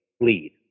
lead